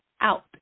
out